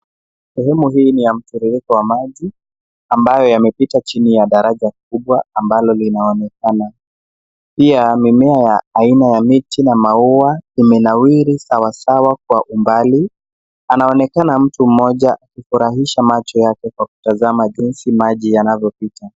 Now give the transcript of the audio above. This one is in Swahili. Sehemu hii ni ya mtiririko wa maji ambayo yamepita chini ya daraja kubwa ambalo linaonekana. Pia mimea ya aina ya miti na maua imenawiri sawasawa kwa umbali. Anaonekana mtu mmoja akifurahisha macho yake kwa kutazama jinsi maji yanavyopita.